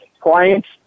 clients